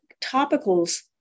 topicals